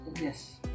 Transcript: yes